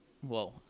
Whoa